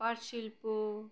পাঁট শিল্প